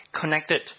connected